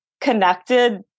connected